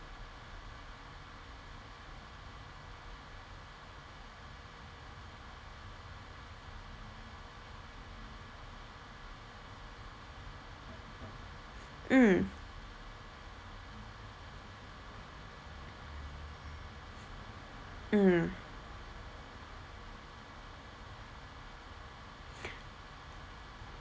mm mm